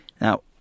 now